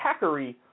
hackery